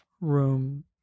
room